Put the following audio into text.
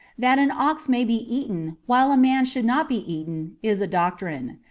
that an ox may be eaten, while a man should not be eaten, is a doctrine.